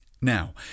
Now